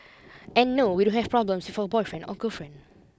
and no we don't have problems with our boyfriend or girlfriend